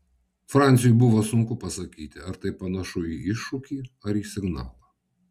franciui buvo sunku pasakyti ar tai panašu į iššūkį ar į signalą